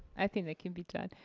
i think that could be done.